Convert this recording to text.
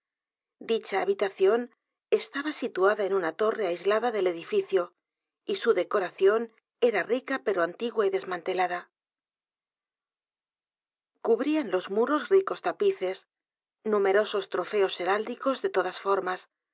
dicha habitación estaba situada en una torre aislada del edificio y su decoración era rica pero antigua y desmantelada cubrían los muros ricos tapices numerosos trofeos heráldicos de todas formas